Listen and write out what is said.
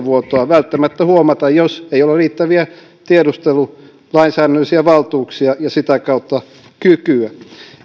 tietovuotoa välttämättä huomata jos ei ole riittäviä tiedustelulainsäädännöllisiä valtuuksia ja sitä kautta kykyä